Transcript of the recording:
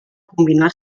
combinar